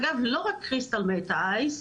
אגב, לא רק קריסטל מת', אייס,